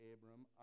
Abram